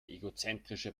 egozentrische